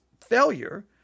failure